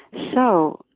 so,